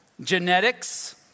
Genetics